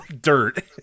dirt